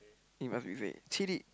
he must be very chili